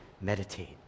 Meditate